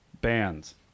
bands